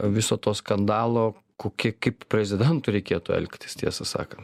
viso to skandalo kokie kaip prezidentui reikėtų elgtis tiesą sakant